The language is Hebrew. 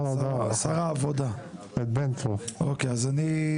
אז אני,